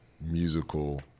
musical